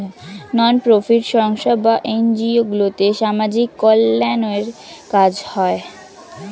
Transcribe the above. নন profit সংস্থা বা NGO গুলোতে সামাজিক কল্যাণের কাজ হয়